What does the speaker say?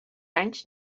anys